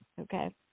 okay